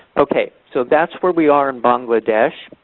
okay, so that's where we are in bangladesh.